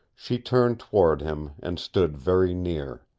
she turned toward him, and stood very near.